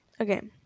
Okay